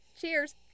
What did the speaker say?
Cheers